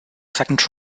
second